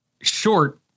short